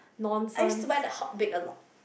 I used to buy the hot bake a lot